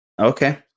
Okay